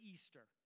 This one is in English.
Easter